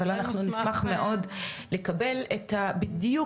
אבל אנחנו נשמח מאוד לקבל את הבדיוק